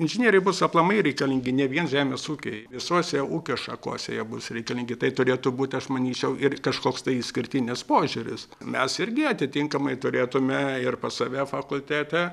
inžinieriai bus aplamai reikalingi ne vien žemės ūkiui visose ūkio šakose jie bus reikalingi tai turėtų būt aš manyčiau ir kažkoks tai išskirtinis požiūris mes irgi atitinkamai turėtume ir pas save fakultete